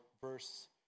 verse